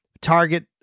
target